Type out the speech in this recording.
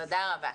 תודה רבה.